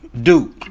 Duke